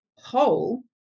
whole